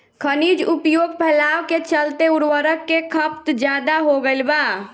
खनिज उपयोग फैलाव के चलते उर्वरक के खपत ज्यादा हो गईल बा